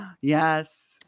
yes